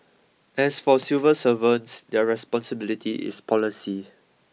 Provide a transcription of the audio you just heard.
as for civil servants their responsibility is policy